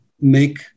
make